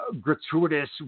gratuitous